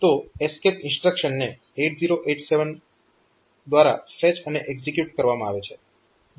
તો ESC ઇન્સ્ટ્રક્શનને 8087 દ્વારા ફેચ અને એક્ઝીક્યુટ કરવામાં આવે છે